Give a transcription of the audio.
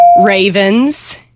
Ravens